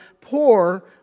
poor